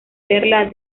perla